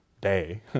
day